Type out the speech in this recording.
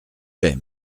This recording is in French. vais